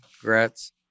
Congrats